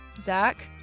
Zach